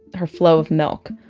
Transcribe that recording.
her flow of milk.